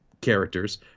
characters